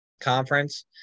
conference